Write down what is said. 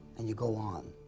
and you go on.